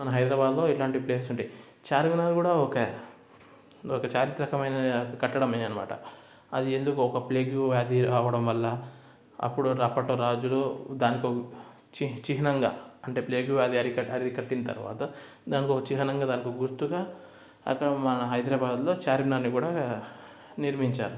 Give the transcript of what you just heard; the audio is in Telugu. మన హైదరాబాద్లో ఇట్లాంటి ప్లేసెస్ ఉంటాయి చార్మినార్ కూడా ఒక ఒక చారిత్రాత్మకమైన కట్టడమే అనమాట అది ఎందుకు ఒక ప్లేగు వ్యాధి అది రావడం వల్ల అప్పుడు అప్పట్లో రాజులు దానికో చిహ్ చిహ్నంగా అంటే ప్లేగు వ్యాధి అరికట్టి అరికట్టిన తర్వాత దానికో చిహ్నంగా దానికో గుర్తుగా అక్కడ మన హైదరాబాద్లో చార్మినార్ను కూడా నిర్మించారు